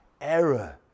error